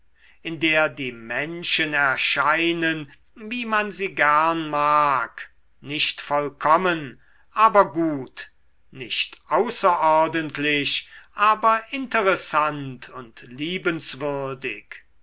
in der die menschen erscheinen wie man sie gern mag nicht vollkommen aber gut nicht außerordentlich aber interessant und liebenswürdig